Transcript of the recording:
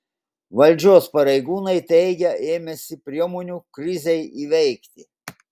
valdžios pareigūnai teigia ėmęsi priemonių krizei įveikti